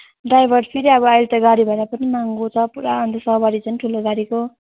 driver फेरि अब अहिले त गाडी भाडा पनि महँगो छ अन्त सवारी झन् ठुलो गाडीको